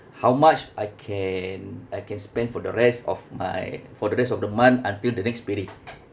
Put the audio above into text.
how much I can I can spend for the rest of my for the rest of the month until the next payday